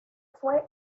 fue